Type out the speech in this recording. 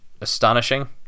astonishing